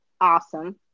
awesome